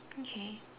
okay